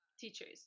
teachers